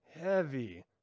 heavy